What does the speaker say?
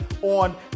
on